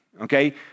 okay